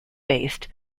based